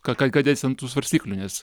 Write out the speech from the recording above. ką ką ką dėsi ant tų svarstyklių nes